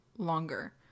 longer